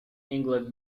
england